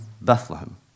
Bethlehem